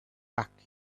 packed